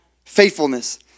Faithfulness